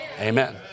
Amen